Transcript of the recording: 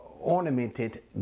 ornamented